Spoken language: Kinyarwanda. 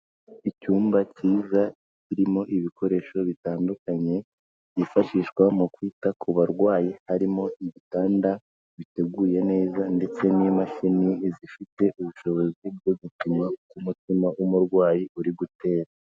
Icyumba cyiza kirimo ibikoresho bitandukanye byifashishwa mu kwita ku barwayi, harimo ibitanda biteguye neza ndetse n'imashini zifite ubushobozi bwo gupima ku mutima w'umurwayi uri gutera.